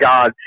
God